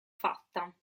fatta